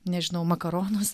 nežinau makaronus